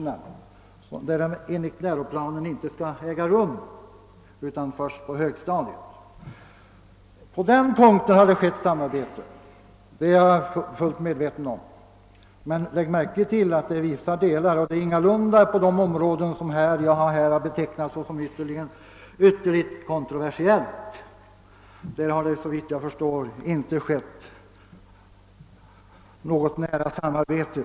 Denna undervisning skall enligt läroplanen ges först på högstadiet. Att det har förekommit samarbete på den punkten är jag fullt medveten om, men på de punkter som jag här har betecknat såsom ytterligt kontroversiella har det såvitt jag förstår inte förekommit något nära samarbete.